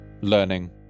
learning